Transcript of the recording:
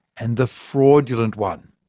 and the fraudulent one.